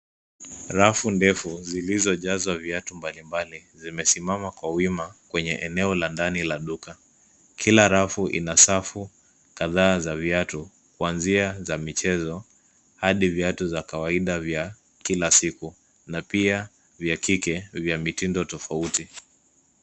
Rafu ndefu zilizojazwa viatu mbalimbali zimesimama kwa wima kwenye eneo la ndani la duka. Kila rafu ina safu kadhaa za viatu kuanzia za michezo hadi viatu vya kawaida vya kila siku, na pia vya kike vya mitindo tofauti.